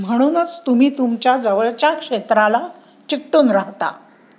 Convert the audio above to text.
म्हणूनच तुम्ही तुमच्या जवळच्या क्षेत्राला चिकटून राहता